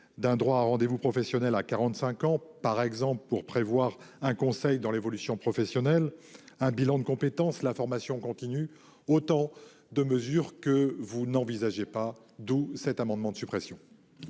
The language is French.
d'un droit à un rendez-vous professionnel à 45 ans par exemple pour prévoir un conseil dans l'évolution professionnelle, un bilan de compétences, la formation continue. Autant de mesures que vous n'envisageait pas d'où cet amendement de suppression.